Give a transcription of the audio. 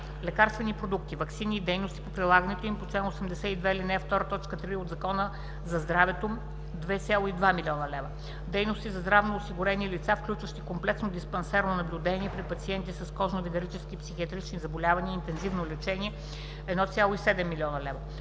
лекарствени продукти – ваксини и дейности по прилагането им по чл. 82, ал. 2, т. 3 от Закона за здравето 2,2 млн. лв. 2. дейности за здравнонеосигурени лица, включващи: комплексно диспансерно (амбулаторно) наблюдение при пациенти с кожно-венерически и психиатрични заболявания; интензивно лечение – 1,7 млн. лв.